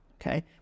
Okay